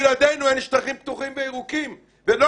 בלעדינו אין שטחים פתוחים וירוקים ולא